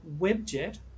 Webjet